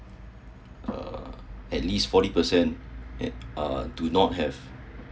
uh at least forty percent do not have